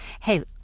hey